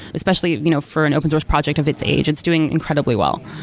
especially you know for an open-source project of its age. it's doing incredibly well.